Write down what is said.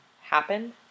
happen